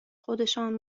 خودشان